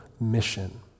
mission